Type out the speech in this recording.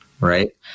right